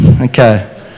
Okay